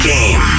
Game